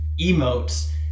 emotes